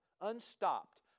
unstopped